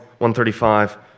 135